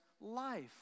life